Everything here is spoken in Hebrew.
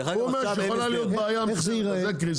הוא אומר שיכולה להית בעיה, זה קריסה?